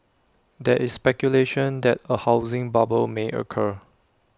there is speculation that A housing bubble may occur